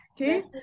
okay